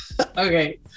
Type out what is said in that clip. Okay